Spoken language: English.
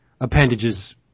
appendages